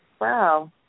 Wow